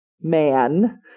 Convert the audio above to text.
man